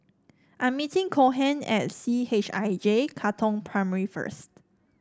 I'm meeting Cohen at C H I J Katong Primary first